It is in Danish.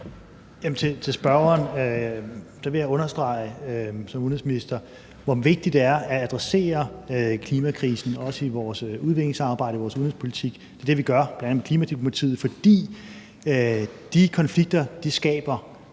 som udenrigsminister understrege, hvor vigtigt det er at adressere klimakrisen, også i vores udviklingssamarbejde og vores udenrigspolitik. Det er det, vi gør, bl.a. med klimadiplomatiet,